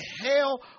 hell